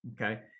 Okay